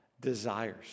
desires